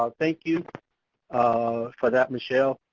ah thank you um for that michelle.